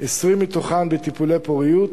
20 מתוכן בטיפולי פוריות,